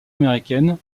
américaine